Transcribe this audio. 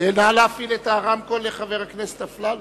אחר כך.